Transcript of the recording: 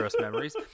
memories